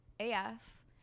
AF